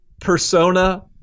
persona